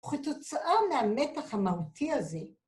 וכתוצאה מהמתח המהותי הזה.